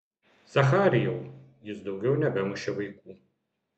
zacharijau jis daugiau nebemušė vaikų